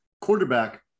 quarterback